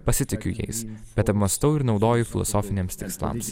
pasitikiu jais bet apmąstau ir naudoju filosofiniams tikslams